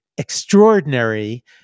extraordinary